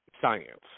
science